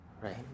right